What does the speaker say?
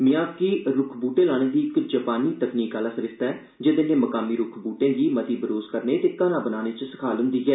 Miyawaki रुख बूहटे लाने दी इक जपानी तकनीक आला सरिस्ता ऐ जेदे नै मकामी रुख बूहटे गी मती बरोस करने ते घना बनाने च सखाल होन्दी ओ